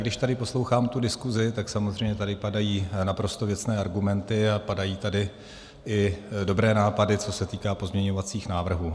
Když tady poslouchám tu diskusi, tak samozřejmě tady padají naprosto věcné argumenty a padají tady i dobré nápady, co se týká pozměňovacích návrhů.